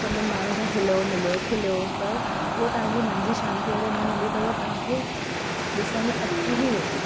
सभिनीनि माण्हू सां हिलो मिलियो खिलियो पर उहो तव्हांजी मन जी शांति अगरि न हूंदी त उहा तव्हांखे ॾिसण में अची ई वेंदी